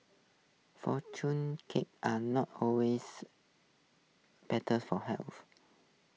cakes are not always better for health